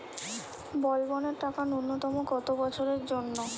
বলবনের টাকা ন্যূনতম কত বছরের জন্য?